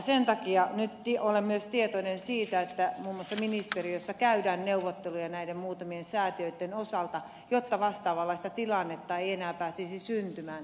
sen takia nyt olen myös tietoinen siitä että muun muassa ministeriössä käydään neuvotteluja näiden muutamien säätiöitten osalta jotta vastaavanlaista tilannetta ei enää pääsisi syntymään